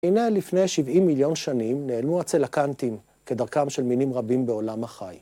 הנה לפני 70 מיליון שנים נעלמו הצלקנטים כדרכם של מינים רבים בעולם החי.